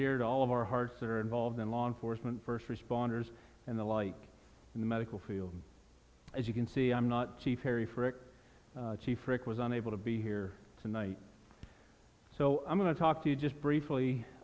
dear to all of our hearts are involved in law enforcement first responders and the like in the medical field as you can see i'm not chief harry frick chief rick was unable to be here tonight so i'm going to talk to you just briefly